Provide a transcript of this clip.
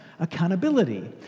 accountability